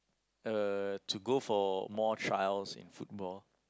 uh to go for more trials in football